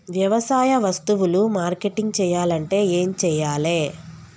వ్యవసాయ వస్తువులు మార్కెటింగ్ చెయ్యాలంటే ఏం చెయ్యాలే?